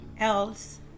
else